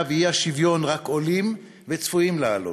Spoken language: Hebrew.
והאי-שוויון רק עולים וצפויים לעלות.